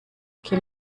kim